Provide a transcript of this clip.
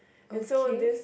and so this